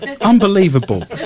Unbelievable